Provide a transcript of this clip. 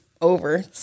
over